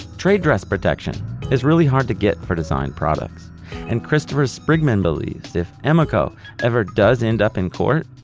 trade dress protection is really hard to get for designed products and christopher sprigman believes if emeco ever does end up in court,